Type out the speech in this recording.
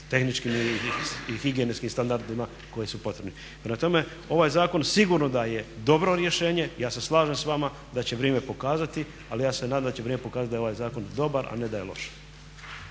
tehničkim i higijenskim standardima koji su potrebni. Prema tome, ovaj zakon sigurno da je dobro rješenje. Ja se slažem s vama da će vrijeme pokazati ali ja se nadam da će vrijeme pokazati da je ovaj zakon dobar, a ne da je loš.